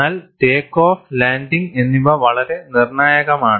എന്നാൽ take off landing എന്നിവ വളരെ നിർണായകമാണ്